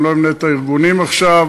אני לא אמנה את הארגונים עכשיו.